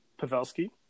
Pavelski